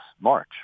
march